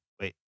wait